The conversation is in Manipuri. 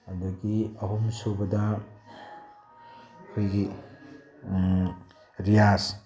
ꯑꯗꯨꯗꯒꯤ ꯑꯍꯨꯝ ꯁꯨꯕꯗ ꯑꯩꯈꯣꯏꯒꯤ ꯔꯤꯌꯥꯁ